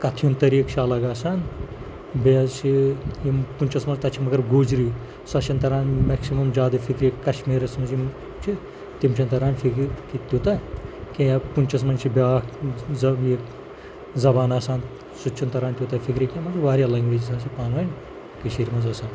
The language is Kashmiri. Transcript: کَتھِ ہُنٛد طریٖق چھِ الگ آسان بیٚیہِ حظ چھِ یِم پُنچَس منٛز تَتہِ چھِ مگر گوجری سۄ چھَنہٕ تَران میکسِمَم زیادٕ فِکرِ کَشمیٖرَس منٛز یِم چھِ تِم چھِنہٕ تران فِکرِ تہِ تیوٗتاہ کینٛہہ یا پُنچَس منٛز چھِ بیٛاکھ یہِ زبان آسان سُہ تہِ چھِنہٕ تَران تیوٗتاہ فِکرِ کینٛہہ مطلب واریاہ لنٛگویجِز حظ چھِ پانہٕ ؤنۍ کٔشیٖرِ منٛز آسان